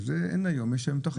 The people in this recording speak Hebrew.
זה אין היום, יש שם תחרות.